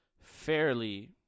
fairly